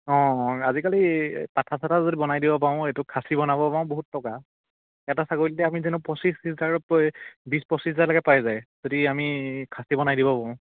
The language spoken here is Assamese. অঁ আজিকালি পাঠা চাথা যদি বনাই দিব পাৰোঁ এইটো খাচী বনাব পাৰোঁ বহুত টকা এটা ছাগলীতে আমি যেনেও পঁচিছ ত্ৰিছ হাজাৰৰ উপৰি বিছ পঁচিছ হাজালৈকে পাই যায় যদি আমি খাচী বনাই দিব পাৰোঁ